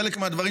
חלק מהדברים,